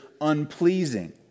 unpleasing